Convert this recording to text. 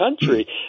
country